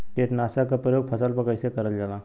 कीटनाशक क प्रयोग फसल पर कइसे करल जाला?